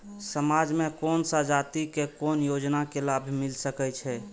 समाज में कोन सा जाति के कोन योजना के लाभ मिल सके छै?